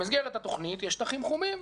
במסגרת התוכנית יש שטחים חומים.